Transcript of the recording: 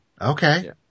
Okay